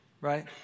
Right